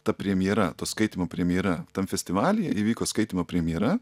ta premjera to skaitymo premjera tam festivalyje įvyko skaitymo premjera